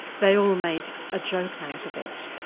they all made a joke out of it,